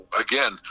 again